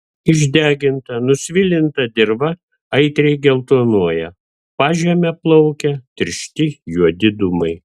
išdeginta nusvilinta dirva aitriai geltonuoja pažeme plaukia tiršti juodi dūmai